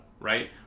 right